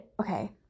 okay